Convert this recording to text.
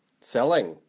selling